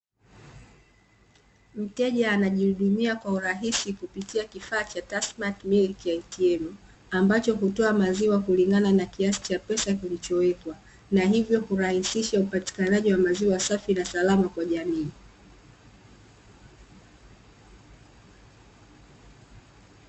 Mteja anajihudumia kwa urahisi kupitia kifaa cha Tassmatt milk ATM, ambacho hutoa maziwa kulingana na kiasi cha pesa kilichowekwa na hivyo kurahisisha upatikanaji wa maziwa safi na salama kwa jamii.